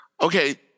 okay